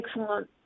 excellent